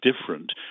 different